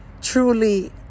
truly